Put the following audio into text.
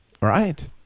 Right